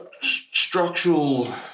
structural